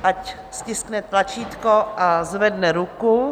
Ať stiskne tlačítko a zvedne ruku.